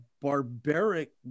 barbaric